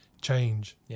change